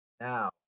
Now